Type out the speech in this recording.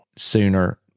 Sooner